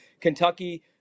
Kentucky